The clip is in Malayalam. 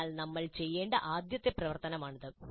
അതിനാൽ നമ്മൾ ചെയ്യേണ്ട ആദ്യത്തെ പ്രവർത്തനമാണിത്